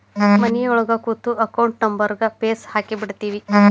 ಮನಿಯೊಳಗ ಕೂತು ಅಕೌಂಟ್ ನಂಬರ್ಗ್ ಫೇಸ್ ಹಾಕಿಬಿಡ್ತಿವಿ